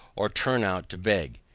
or turn out to beg.